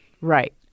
right